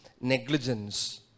negligence